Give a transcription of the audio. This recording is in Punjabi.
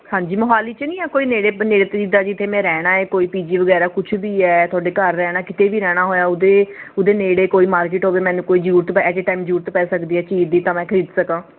ਹਾਂਜੀ ਮੋਹਾਲੀ 'ਚ ਨਹੀਂ ਹੈ ਕੋਈ ਨੇੜੇ ਜੀ ਅਤੇ ਮੈਂ ਰਹਿਣਾ ਕੋਈ ਪੀ ਜੀ ਵਗੈਰਾ ਕੁਝ ਵੀ ਹੈ ਤੁਹਾਡੇ ਘਰ ਰਹਿਣਾ ਕਿਤੇ ਵੀ ਰਹਿਣਾ ਹੋਇਆ ਉਹਦੇ ਉਹਦੇ ਨੇੜੇ ਕੋਈ ਮਾਰਕੀਟ ਹੋਵੇ ਮੈਨੂੰ ਕੋਈ ਜ਼ਰੂਰਤ ਐਟ ਏ ਟਾਈਮ ਜ਼ਰੂਰਤ ਪੈ ਸਕਦੀ ਹੈ ਚੀਜ਼ ਦੀ ਤਾਂ ਮੈਂ ਖਰੀਦ ਸਕਾਂ